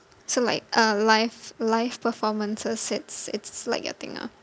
so like uh live live performances it's it's like your thing ah